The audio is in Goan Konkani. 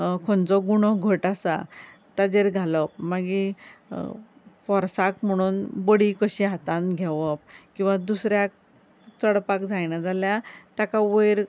खंयचो गुणो घट आसा ताजेर घालप मागीर फोर्साक म्हुणून बडी कशी हातांत घेवप किंवां दुसऱ्याक चडपाक जायना जाल्यार ताका वयर